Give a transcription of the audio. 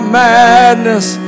madness